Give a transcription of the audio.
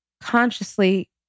consciously